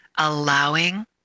allowing